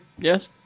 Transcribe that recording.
yes